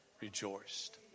rejoiced